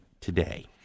today